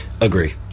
Agree